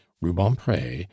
rubempre